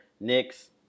Knicks